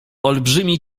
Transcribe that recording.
olbrzymi